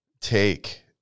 take